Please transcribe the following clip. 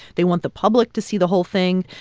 they want the public to see the whole thing.